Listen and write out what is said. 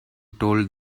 told